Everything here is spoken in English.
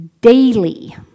daily